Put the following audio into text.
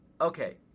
okay